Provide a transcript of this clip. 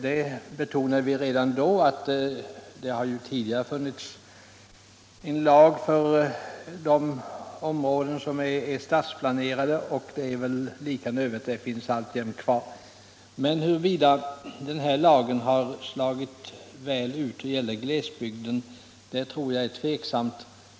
Vi betonade redan 1972 att det funnits en lag för de områden som är stadsplanerade. Den är nödvändig och finns alltjämt kvar, men huruvida lagen har slagit väl ut när det gäller glesbygden är tveksamt.